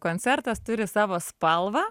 koncertas turi savo spalvą